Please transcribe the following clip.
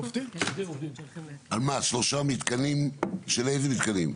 שלושה מתקנים, איזה מתקנים?